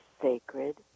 sacred